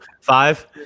Five